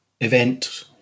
event